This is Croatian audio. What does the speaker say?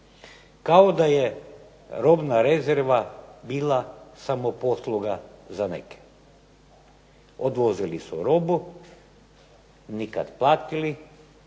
Kao da je robna rezerva bila samoposluga za neke. Odvozili su robu, nikad platili.